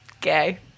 gay